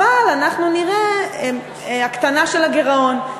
אבל אנחנו נראה הקטנה של הגירעון.